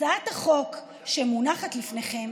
הצעת החוק שמונחת לפניכם